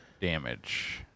damage